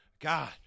God